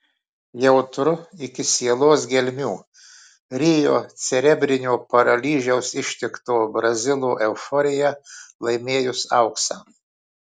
jautru iki sielos gelmių rio cerebrinio paralyžiaus ištikto brazilo euforija laimėjus auksą